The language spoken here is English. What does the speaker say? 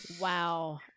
Wow